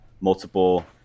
multiple